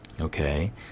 okay